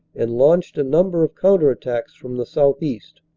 and launched a number of counter-at tacks from the southeast.